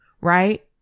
right